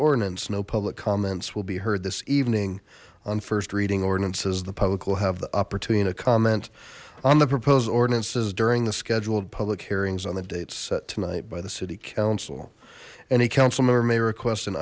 ordinance no public comments will be heard this evening on first reading ordinances the public will have the opportunity to comment on the proposed ordinances during the scheduled public hearings on the date set tonight by the city council any council member may request